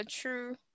true